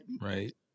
Right